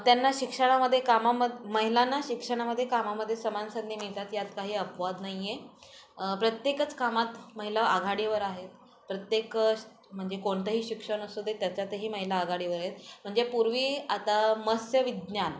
त्यांना शिक्षणामध्ये कामाम महिलांना शिक्षणामध्ये कामामध्ये समान संधी मिळतात यात काही अपवाद नाही आहे प्रत्येकच कामात महिला आघाडीवर आहेत प्रत्येक म्हणजे कोणतंही शिक्षण असतो ते त्याच्यातही महिला आघाडीवर आहेत म्हणजे पूर्वी आता मत्स्य विज्ञान